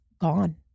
gone